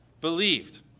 believed